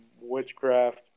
Witchcraft